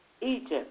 Egypt